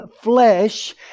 flesh